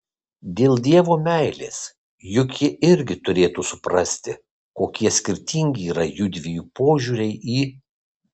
dėl dievo meilės juk ji irgi turėtų suprasti kokie skirtingi yra jųdviejų požiūriai į